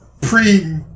pre